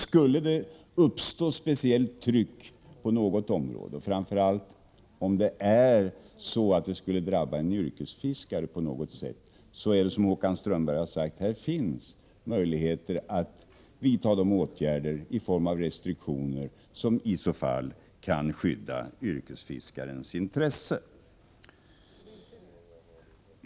Skulle det uppstå speciellt tryck på något område, framför allt om en yrkesfiskare skulle drabbas på något sätt, finns det möjligheter, som Håkan Strömberg har sagt, att vidta de åtgärder i form av restriktioner som i så fall kan skydda yrkesfiskarens intresse.